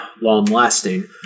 long-lasting